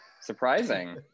surprising